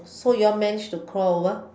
so you all managed to crawl over